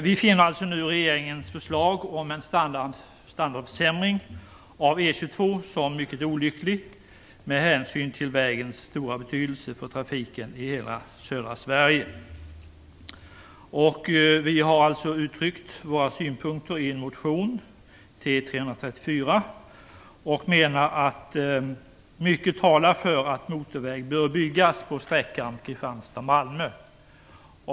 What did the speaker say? Vi finner nu regeringens förslag om en standardförsämring av E 22 mycket olycklig med hänsyn till vägens stora betydelse för trafiken i hela södra Sverige. Vi har uttryckt våra synpunkter i en motion, T341, och menar att mycket talar för att motorväg bör byggas på sträckan Kristianstad Malmö.